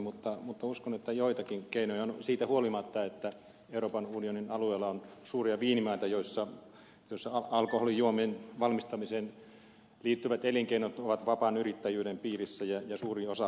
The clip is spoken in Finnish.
mutta uskon että joitakin keinoja on siitä huolimatta että euroopan unionin alueella on suuria viinimaita joissa alkoholijuomien valmistamiseen liittyvät elinkeinot ovat vapaan yrittäjyyden piirissä ja suuri osa elinkeinoelämää